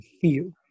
feel